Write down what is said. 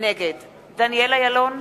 נגד דניאל אילון,